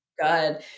Good